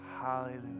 hallelujah